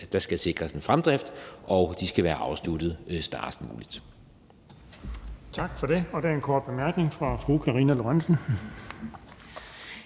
der skal sikres en fremdrift, og at de skal være afsluttet snarest muligt.